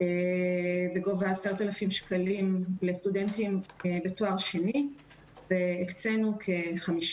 בגובה 10,000 שקלים לסטודנטים לתואר שני והקצנו כ-50